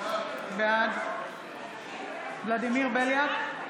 בעד ולדימיר בליאק,